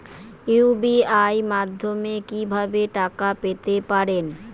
UPI মাধ্যমে কি ভাবে টাকা পেতে পারেন?